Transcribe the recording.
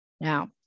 Now